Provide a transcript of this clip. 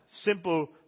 simple